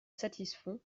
satisfont